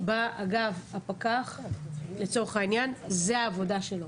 אגב, הפקח זאת העבודה שלו.